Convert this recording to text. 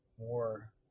more